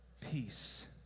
peace